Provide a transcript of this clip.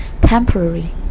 temporary